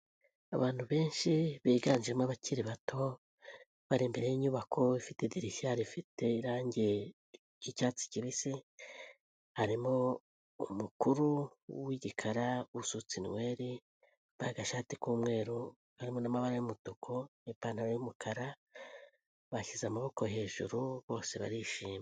Abantu benshi biganjemo abakiri bato, bari imbere y'inyubako ifite idirishya rifite irangi ry'icyatsi kibisi; harimo umukuru w'igikara usutse inweri yambaye agashati k'umweru harimo n'amabara yumutuku n'ipantaro y'umukara, bashyize amaboko hejuru bose barishimye.